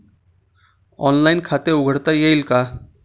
Online खाते उघडता येईल का?